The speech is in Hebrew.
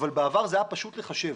בעבר זה היה פשוט לחשב.